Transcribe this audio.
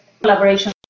collaboration